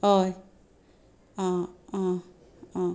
हय